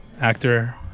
actor